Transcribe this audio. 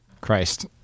Christ